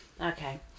Okay